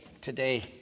today